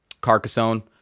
Carcassonne